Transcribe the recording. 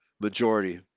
majority